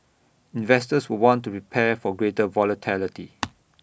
investors will want to prepare for greater volatility